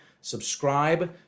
Subscribe